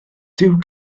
dyw